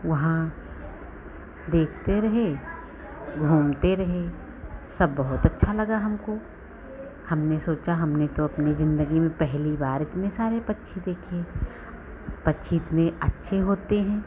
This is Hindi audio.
वहाँ देखते रहे घूमते रहे सब बहुत अच्छा लगा हमको हमने सोचा हमने तो अपनी जिंदगी में पहली बार इतने सारे पक्षी देखे पक्षी इतने अच्छे होते हैं